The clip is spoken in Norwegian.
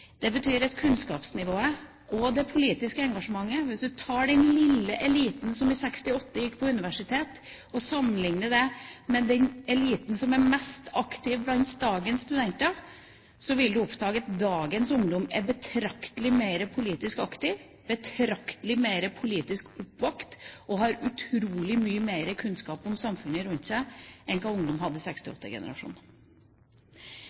Hvis man tar den lille eliten som i 1968 gikk på universitet, og sammenlikner det med den eliten som er mest aktiv blant dagens studenter, vil man oppdage at dagens ungdom er betraktelig mer politisk aktiv, betraktelig mer politisk oppvakt og har utrolig mye mer kunnskap om samfunnet rundt seg enn hva ungdom i 68-generasjonen hadde.